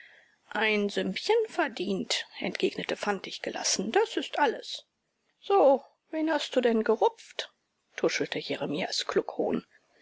ein sümmchen verdient entgegnete fantig gelassen das ist alles so wen hast du denn gerupft tuschelte jeremias kluckhohn